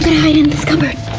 hide in this cupboard.